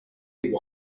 two